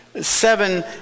Seven